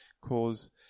cause